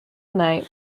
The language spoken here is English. night